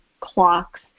clocks